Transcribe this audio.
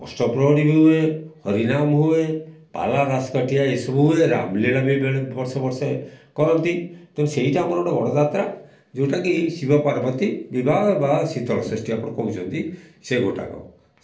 ଅଷ୍ଟପ୍ରହରୀ ବି ହୁଏ ହରିନାମ ହୁଏ ପାଲା ଦାସକାଠିଆ ଏସବୁ ହୁଏ ରାମଲୀଳା ବି ବେଳେ ବର୍ଷେ ବର୍ଷେ କରନ୍ତି ତେଣୁ ସେଇଟା ଆମର ଗୋଟେ ବଡ଼ ଯାତ୍ରା ଯେଉଁଟାକି ଶିବ ପାର୍ବତୀ ବିବାହ ବା ଶୀତଳଷଷ୍ଠୀ ଆପଣ କହୁଛନ୍ତି ସେ ଗୋଟାକ